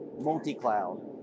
multi-cloud